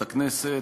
הצעת